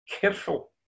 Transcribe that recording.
careful